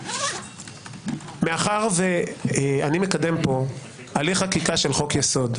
מאחר ואני מקדם פה הליך חקיקה של חוק-יסוד,